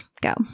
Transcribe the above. Go